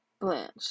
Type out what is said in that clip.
Blanche